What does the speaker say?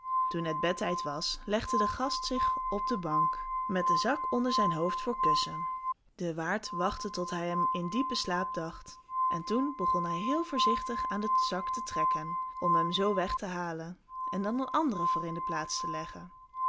toen het bedtijd was legde de gast zich op de bank met de zak onder zijn hoofd voor kussen de waard wachtte tot hij hem in diepen slaap dacht en toen begon hij heel voorzichtig aan de zak te trekken om hem zoo weg te halen en er dan een andere voor in de plaats te leggen